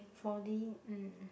four D mm